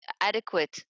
adequate